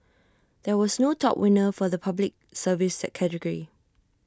there was no top winner for the Public Service category